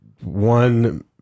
one